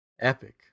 Epic